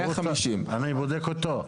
אמרתי 150. אני בודק אותו.